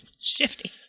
Shifty